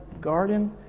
Garden